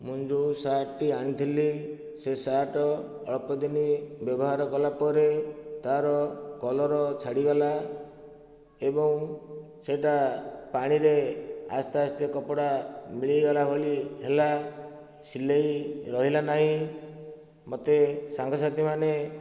ମୁଁ ଯେଉଁ ସାର୍ଟ ଟି ଆଣିଥିଲି ସେ ସାର୍ଟ ଅଳ୍ପ ଦିନି ବ୍ୟବହାର କଲା ପରେ ତାର କଲର୍ ଛାଡ଼ି ଗଲା ଏବଂ ସେଇଟା ପାଣିରେ ଆସ୍ତେ ଆସ୍ତେ କପଡ଼ା ମିଳେଇ ଗଲା ଭଳି ହେଲା ସିଲେଇ ରହିଲା ନାହିଁ ମୋତେ ସାଙ୍ଗ ସାଥି ମାନେ